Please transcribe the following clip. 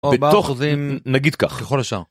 בתוך זה נגיד כך ככל השאר.